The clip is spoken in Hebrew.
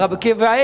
ר' עקיבא אייגר,